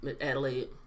Adelaide